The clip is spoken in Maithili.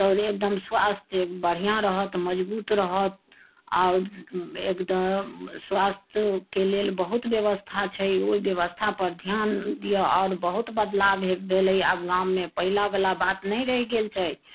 तऽ एकदम स्वास्थ्य बढ़िऑं रहत मजबूत रहत आओर एकदम स्वास्थ्यके लेल बहुत व्यवस्था छै ओहि व्यवस्था पर ध्यान दिअ आओर आब बहुत बदलाव भेलै गाममे आब पहले बला बात नहि रहि गेल छै